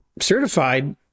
certified